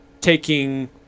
taking